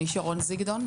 אני שרון זיגדון,